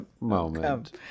moment